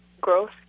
growth